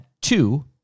two